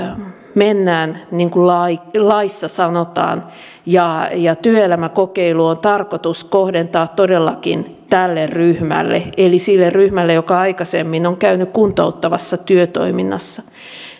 mennään niin kuin laissa laissa sanotaan ja ja työelämäkokeilu on tarkoitus kohdentaa todellakin tälle ryhmälle eli sille ryhmälle joka aikaisemmin on käynyt kuntouttavassa työtoiminnassa